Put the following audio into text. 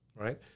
right